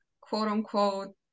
quote-unquote